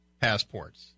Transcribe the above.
passports